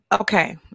Okay